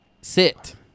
sit